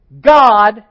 God